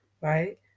right